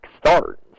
start